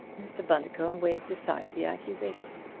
mr. bundercombe waved aside the accusation.